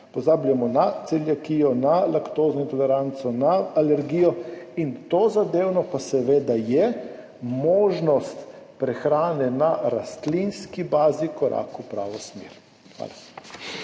pozabljamo na celiakijo, na laktozno intoleranco, na alergijo. Tozadevno pa seveda je možnost prehrane na rastlinski bazi korak v pravo smer. Hvala.